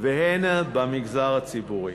והן במגזר הציבורי.